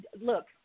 look